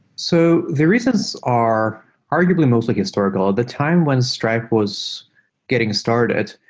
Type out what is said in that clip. so the reasons are arguably most like historical. the time when stripe was getting started,